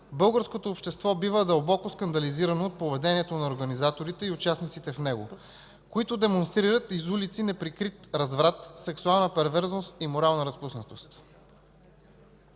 българското общество бива дълбоко скандализирано от поведението на организаторите и участниците в него, които демонстрират из улиците неприкрит разврат, сексуална перверзност и морална разпуснатост.